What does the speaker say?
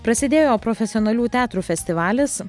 prasidėjo profesionalių teatrų festivalis